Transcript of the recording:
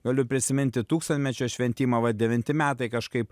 galiu prisiminti tūkstantmečio šventimą vat devinti metai kažkaip